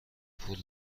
پول